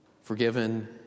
forgiven